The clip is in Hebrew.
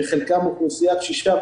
שחלקם אוכלוסייה קשישה,